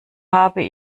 habe